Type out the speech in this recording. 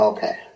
Okay